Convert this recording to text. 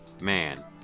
Man